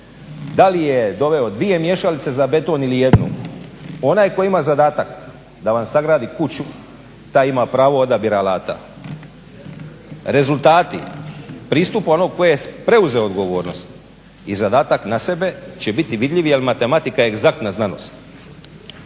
da li je doveo mješalice za beton ili jednu. Onaj koji ima zadatak da vam sagradi kuću taj ima pravo odabira alata. Rezultati, pristup onog koji je preuzeo odgovornost i zadatak na sebe će biti vidljiv jer matematika je egzaktna znanost.